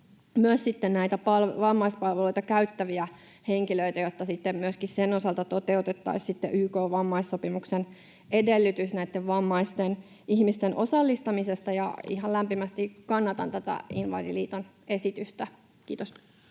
näitä vammaispalveluita käyttäviä henkilöitä, jotta myöskin sen osalta toteutettaisiin YK:n vammaissopimuksen edellytys vammaisten ihmisten osallistamisesta, ja ihan lämpimästi kannatan tätä Invalidiliiton esitystä. — Kiitos.